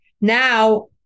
now